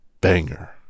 banger